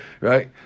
Right